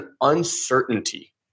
uncertainty